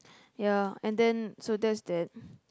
ya and then so that's that